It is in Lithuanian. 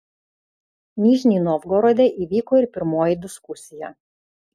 nižnij novgorode įvyko ir pirmoji diskusija